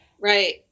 Right